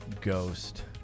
ghost